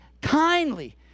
kindly